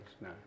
no